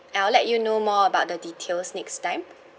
and I'll let you know more about the details next time